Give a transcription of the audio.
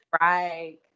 Right